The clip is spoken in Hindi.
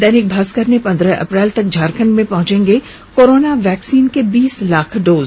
दैनिक भास्कर ने पंद्रह अप्रैल तक झारखंड में पहुंचेंगे कोरोना वैक्सीन के बीस लाख डोज